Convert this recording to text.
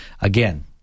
again